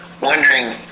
wondering